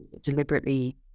deliberately